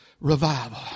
Revival